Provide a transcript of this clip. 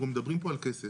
תראו מדברים פה על כסף